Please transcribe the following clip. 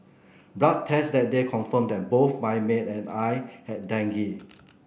blood test that day confirmed that both my maid and I had dengue